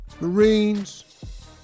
Marines